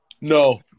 No